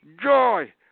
joy